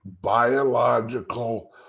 biological